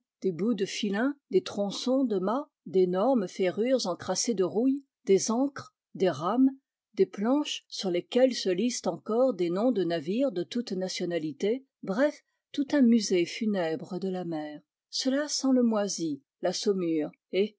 des bouts de filin des tronçons de mâts d'énormes ferrures encrassées de rouille des ancres des rames des planches sur lesquelles se lisent encore des noms de navires de toutes nationalités bref tout un musée funèbre de la mer cela sent le moisi la saumure et